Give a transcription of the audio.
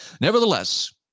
Nevertheless